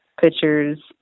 pictures